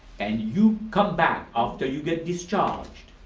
and you come back after you get discharged